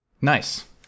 nice